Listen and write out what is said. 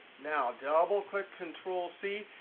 now double click control c,